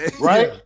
Right